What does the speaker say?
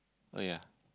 oh ya